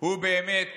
הוא באמת